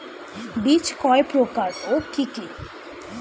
বীজ কয় প্রকার ও কি কি?